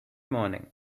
morning